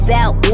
out